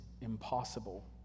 impossible